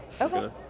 Okay